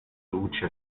luce